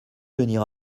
venir